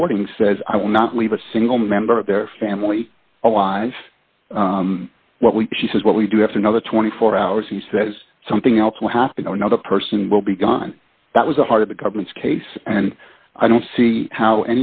recording says i will not leave a single member of their family alive what we she says what we do have another twenty four hours he says something else will have to go another person will be gone that was the heart of the government's case and i don't see how